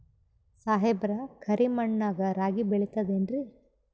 ಸಾಹೇಬ್ರ, ಕರಿ ಮಣ್ ನಾಗ ರಾಗಿ ಬೆಳಿತದೇನ್ರಿ?